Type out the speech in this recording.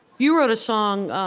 you wrote a song,